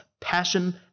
passion